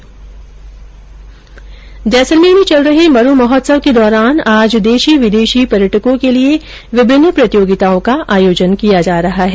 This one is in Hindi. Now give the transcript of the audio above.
जैसलमेर में चल रहे मरू महोत्सव के दौरान आज देश विदेशी पर्यटकों के लिए विभिन्न प्रतियोगिताओं का आयोजन किया जा रहा है